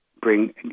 bring